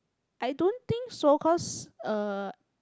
I don't think so cause uh